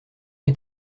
est